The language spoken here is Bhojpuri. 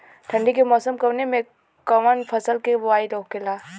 ठंडी के मौसम कवने मेंकवन फसल के बोवाई होखेला?